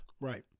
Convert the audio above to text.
Right